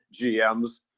GMs